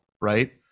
right